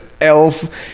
elf